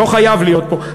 לא חייב להיות פה.